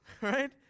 right